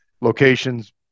locations